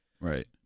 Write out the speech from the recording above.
right